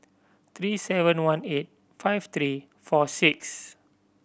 three seven one eight five three four six